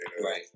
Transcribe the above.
right